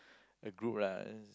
a group lah